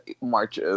March